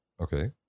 Okay